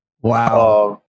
Wow